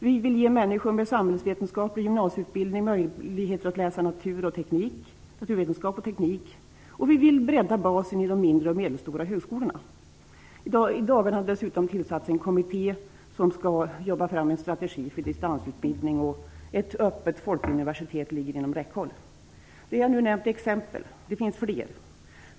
Vi vill också ge människor med samhällsvetenskaplig gymnasieutbildning möjlighet att läsa naturvetenskap och teknik, och vi vill bredda basen i de mindre och medelstora högskolorna. I dagarna har det dessutom tillsatts en kommitté som skall jobba fram en strategi för distansutbildning. Ett öppet folkuniversitet ligger inom räckhåll. Det jag nu har nämnt är exempel; det finns fler.